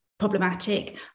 problematic